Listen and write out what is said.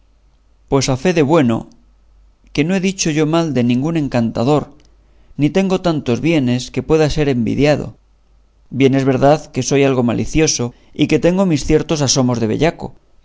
pues a fe de bueno que no he dicho yo mal de ningún encantador ni tengo tantos bienes que pueda ser envidiado bien es verdad que soy algo malicioso y que tengo mis ciertos asomos de bellaco